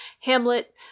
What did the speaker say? Hamlet